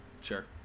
Sure